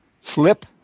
flip